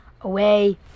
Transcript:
away